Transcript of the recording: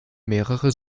mehrere